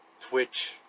Twitch